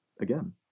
again